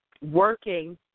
Working